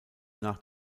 nach